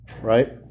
right